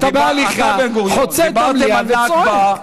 אתה בהליכה חוצה את המליאה וצועק.